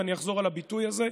ואני אחזור על הביטוי הזה: